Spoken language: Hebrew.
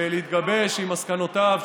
ולהתגבש עם מסקנותיו,